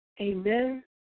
Amen